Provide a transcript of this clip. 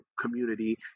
community